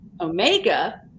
Omega